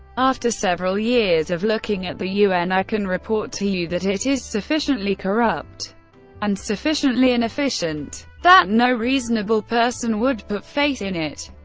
after several years of looking at the un, i can report to you that it is sufficiently corrupt and sufficiently inefficient. that no reasonable person would put faith in it.